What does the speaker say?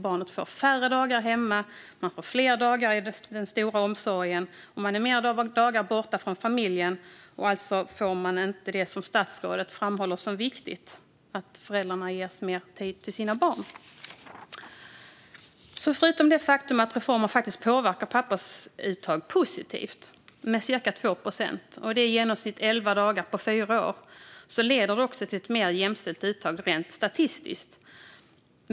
Barnet får färre dagar hemma och fler dagar i den stora omsorgen. Barnet tillbringar fler dagar borta från familjen, och alltså får man inte det som statsrådet framhåller som viktigt: att föräldrarna ges mer tid till sina barn. Förutom att reformen faktiskt påverkat pappors uttag positivt med cirka 2 procent - i genomsnitt elva dagar på fyra år - leder den till ett mer jämställt uttag rent statistiskt.